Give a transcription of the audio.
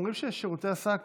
אומרים ששירותי השק